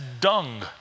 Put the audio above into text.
dung